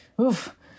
oof